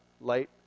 light